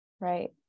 Right